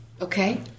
Okay